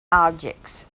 objects